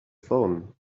phone